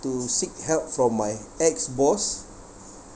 to seek help from my ex boss